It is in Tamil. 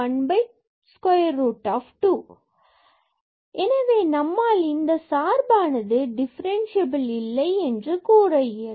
z dz ΔxΔyx2Δy2 Along the path yΔx z dz 12≠0 எனவே நம்மால் இந்த சார்பானது டிஃபரன்ஸ்சியபில் இல்லை என்று கூற இயலும்